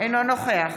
אינו נוכח